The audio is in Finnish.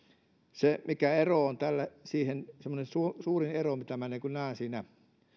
se mikä ero tällä on siihen semmoinen suurin suurin ero minkä minä näen siinä